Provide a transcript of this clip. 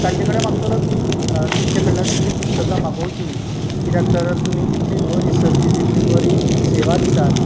तांचे कडेन मागतलो की तुमचे कडल्यानूच ही पुस्तकां मागोवचीं कित्याक तर तुमी इतली बरी सर्विस इतली बरी सेवा दितात